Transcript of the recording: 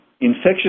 infectious